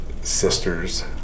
sisters